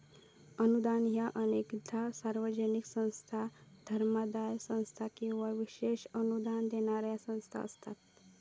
अनुदान ह्या अनेकदा सार्वजनिक संस्था, धर्मादाय संस्था किंवा विशेष अनुदान देणारा संस्था असता